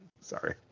sorry